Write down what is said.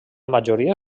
majoria